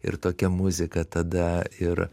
ir tokia muzika tada ir